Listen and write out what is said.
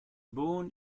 born